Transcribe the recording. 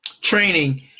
training